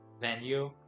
venue